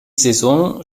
saison